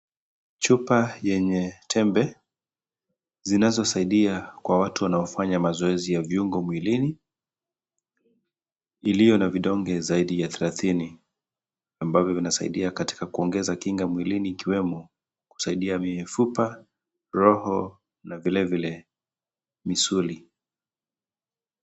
Chupa yenye tembe zinazosaidia kwa watu wanaofanya mazoezi ya viungo mwilini iliyo na vidonge zaidi ya thelathini ambavyo vinasaidia katika kuongeza kinga mwilini ikiwemo kusaidia mifupa, roho na vilevile misuli.